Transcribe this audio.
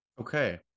Okay